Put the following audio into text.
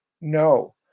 No